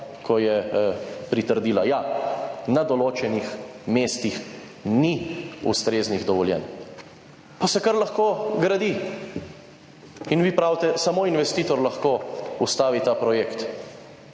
ko je pritrdila, ja, na določenih mestih ni ustreznih dovoljenj. Pa se kar lahko gradi in vi pravite, samo investitor lahko ustavi ta projekt.